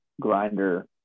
grinder